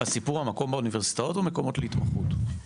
הסיפור הוא מקום באוניברסיטאות או מקומות להתמחות?